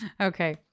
okay